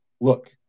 Look